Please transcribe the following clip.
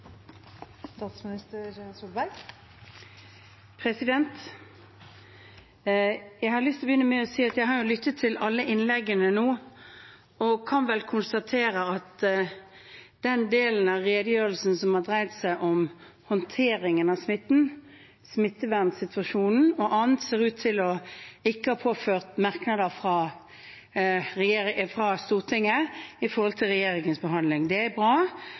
Jeg har lyst til å begynne med å si at jeg har lyttet til alle innleggene nå og kan vel konstatere at den delen av redegjørelsen som har dreid seg om håndteringen av smitten, smittevernsituasjonen og annet, ser ut til ikke å ha ført til merknader fra Stortinget når det gjelder regjeringens behandling. Det er bra.